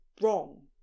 wrong